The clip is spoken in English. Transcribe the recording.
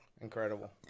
Incredible